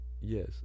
Yes